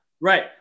Right